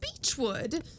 Beechwood